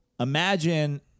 Imagine